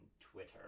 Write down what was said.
Twitter